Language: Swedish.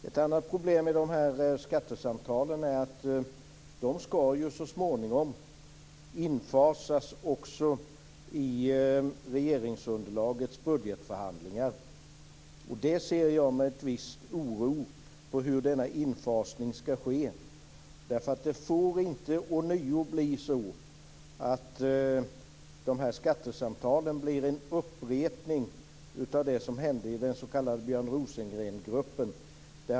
Ett annat problem med skattesamtalen är att de så småningom skall infasas också i regeringsunderlagets budgetförhandlingar. Jag ser med viss oro på hur denna infasning skall kunna ske. Skattesamtalen får inte bli en upprepning av det som hände i den s.k. Rosengrengruppen.